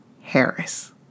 Harris